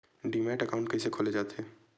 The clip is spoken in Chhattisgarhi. डीमैट अकाउंट कइसे खोले जाथे?